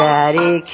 Daddy